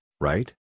right